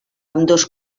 ambdós